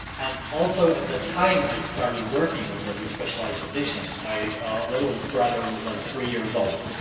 and also, at the time i started working on the despecialized edition, my little brother was like three years old,